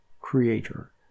creator